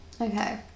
Okay